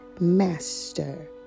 master